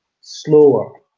slower